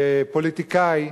לפוליטיקאי,